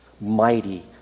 mighty